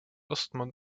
asthma